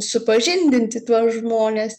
supažindinti tuos žmones